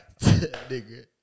nigga